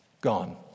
Gone